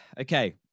Okay